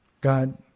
God